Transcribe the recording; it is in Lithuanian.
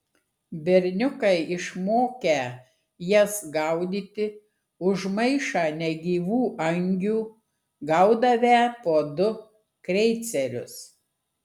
berniukai išmokę jas gaudyti už maišą negyvų angių gaudavę po du kreicerius